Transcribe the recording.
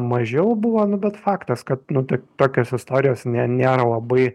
mažiau buvo nu bet faktas kad nu tik tokios istorijos ne nėra labai